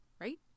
Right